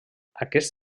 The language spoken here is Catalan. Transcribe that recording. aquest